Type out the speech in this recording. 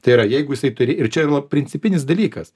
tai yra jeigu jisai turi ir čia yra principinis dalykas